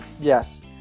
Yes